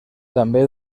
també